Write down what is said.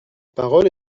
parole